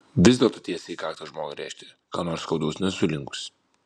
vis dėlto tiesiai į kaktą žmogui rėžti ką nors skaudaus nesu linkusi